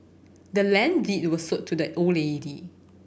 the land deed was sold to the old lady